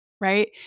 Right